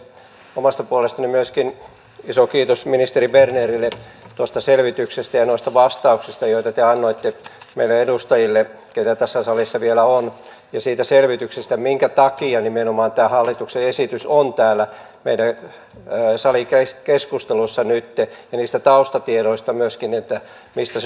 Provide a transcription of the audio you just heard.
myöskin omasta puolestani iso kiitos ministeri bernerille tuosta selvityksestä ja noista vastauksista joita te annoitte meille edustajille keitä tässä salissa vielä on ja siitä selvityksestä minkä takia nimenomaan tämä hallituksen esitys on täällä meidän salikeskustelussamme nytten ja niistä taustatiedoista myöskin että mistä se on tullut